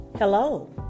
Hello